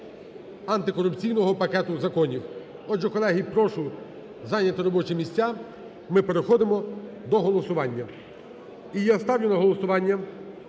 антикорупційного пакету законів. Отже, колеги, прошу зайняти робочі місця, ми переходимо до голосування. І я ставлю на голосування